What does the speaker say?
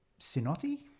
Sinotti